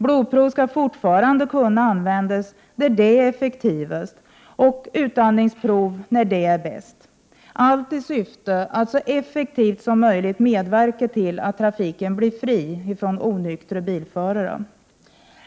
Blodprov skall fortfarande kunna användas där det är effektivast, och utandningsprov när det är bäst — allt i syfte att så effektivt som möjligt medverka till att trafiken blir fri från onyktra bilförare.